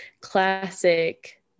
classic